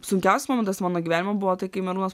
sunkiausias momentas mano gyvenime buvo tai kai merūnas